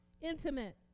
intimate